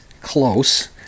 close